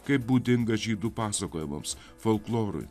kaip būdinga žydų pasakojimams folklorui